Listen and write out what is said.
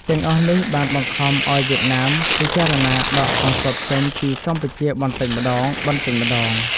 ទាំងអស់នេះបានបង្ខំឱ្យវៀតណាមពិចារណាដកកងទ័ពចេញពីកម្ពុជាបន្តិចម្តងៗ។